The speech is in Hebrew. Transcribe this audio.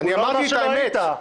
אני אמרתי את האמת.